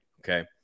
Okay